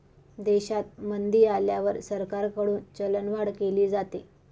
देशात मंदी आल्यावर सरकारकडून चलनवाढ केली जाते